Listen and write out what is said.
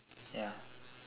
ya